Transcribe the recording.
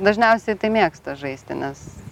dažniausiai tai mėgsta žaisti nes